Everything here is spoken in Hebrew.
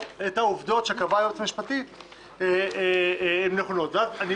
אז איך